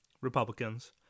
Republicans